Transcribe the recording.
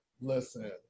listen